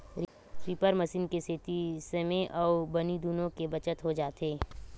reaper machine के सेती समे अउ बनी दुनो के बचत हो जाथे